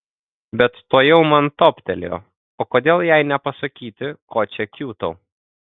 bet tuojau man toptelėjo o kodėl jai nepasakyti ko čia kiūtau